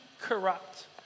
corrupt